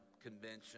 convention